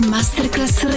Masterclass